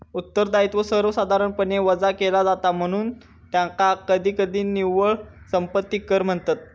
उत्तरदायित्व सर्वसाधारणपणे वजा केला जाता, म्हणून त्याका कधीकधी निव्वळ संपत्ती कर म्हणतत